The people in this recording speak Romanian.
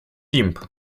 timp